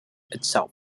itself